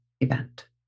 event